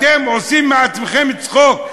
אתם עושים מעצמכם צחוק.